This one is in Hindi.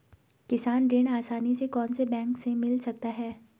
किसान ऋण आसानी से कौनसे बैंक से मिल सकता है?